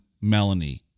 Melanie